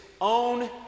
own